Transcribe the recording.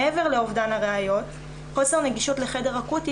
מעבר לאבדן הראיות חוסר נגישות לחדר אקוטי